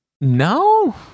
No